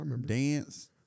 dance